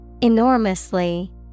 Enormously